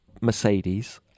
Mercedes